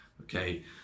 okay